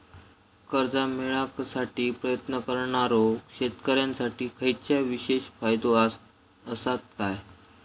कर्जा मेळाकसाठी प्रयत्न करणारो शेतकऱ्यांसाठी खयच्या विशेष फायदो असात काय?